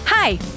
Hi